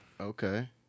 Okay